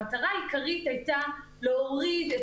המטרה העיקרית הייתה להוריד את